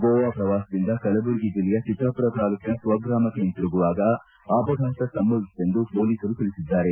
ಗೋವಾ ಪ್ರವಾಸದಿಂದ ಕಲಬುರಗಿ ಜಿಲ್ಲೆಯ ಚಿತ್ತಾಮರ ತಾಲೂಕಿನ ಸ್ವಗ್ರಾಮಕ್ಕೆ ಹಿಂದಿರುಗುವಾಗ ಅಪಘಾತ ಸಂಭವಿಸಿತೆಂದು ಮೊಲೀಸರು ತಿಳಿಸಿದ್ದಾರೆ